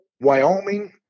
wyoming